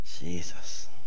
Jesus